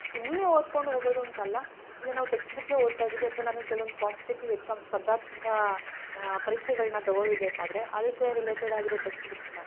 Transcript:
ಸುಮ್ಮನೆ ಓದಿಕೊಂಡು ಹೋಗೋದು ಅಂತಲ್ಲ ಈಗ ನಾವು ಟೆಕ್ಸ್ಟ್ ಬುಕ್ಕೇ ಓದ್ತಾ ಇದ್ದೀವಿ ಅಥ್ವಾ ನಾನು ಕೆಲವೊಂದು ಕಾಂಪಿಟೇಟಿವ್ ಎಕ್ಸಾಮ್ ಸ್ಪರ್ಧಾತ್ಮಕ ಪರೀಕ್ಷೆಗಳನ್ನು ತಗೊಳ್ಬೇಕಾದರೆ ಅದಕ್ಕೆ ರಿಲೇಟೆಡ್ ಆಗಿರೋ ಟೆಕ್ಸ್ಟ್ ಬುಕ್ಸನ್ನು